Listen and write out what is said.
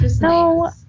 No